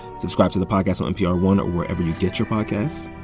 subscribe to the podcast on npr one or wherever you get your podcasts.